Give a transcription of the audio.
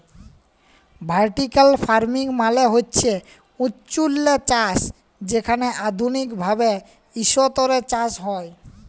vertical farming মালে হছে উঁচুল্লে চাষ যেখালে আধুলিক ভাবে ইসতরে চাষ হ্যয়